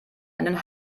einen